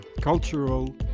cultural